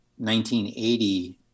1980